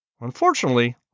Unfortunately